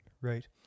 right